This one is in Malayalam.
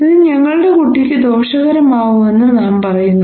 ഇത് ഞങ്ങളുടെ കുട്ടിക്ക് ദോഷകരമാകുമെന്ന് നാം പറയുന്നു